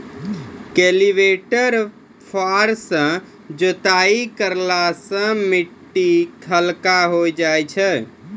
cultivator फार सँ जोताई करला सें मिट्टी हल्का होय जाय छै